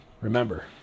Remember